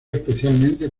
especialmente